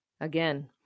Again